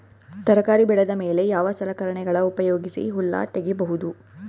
ತರಕಾರಿ ಬೆಳದ ಮೇಲೆ ಯಾವ ಸಲಕರಣೆಗಳ ಉಪಯೋಗಿಸಿ ಹುಲ್ಲ ತಗಿಬಹುದು?